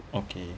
okay